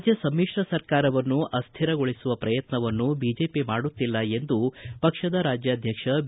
ರಾಜ್ಞ ಸಮಿಶ್ರ ಸರ್ಕಾರವನ್ನು ಅಸ್ವಿರಗೊಳಿಸುವ ಪ್ರಯತ್ನವನ್ನು ಬಿಜೆಪಿ ಮಾಡುತ್ತಿಲ್ಲ ಎಂದು ಪಕ್ಷದ ರಾಜ್ಞಾಧ್ಯಕ್ಷ ಬಿ